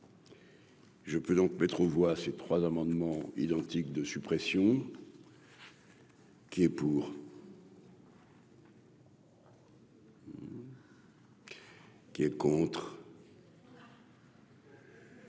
Je peux donc mettre aux voix à ces trois amendements identiques de suppression. Qui est pour. Qui est contre.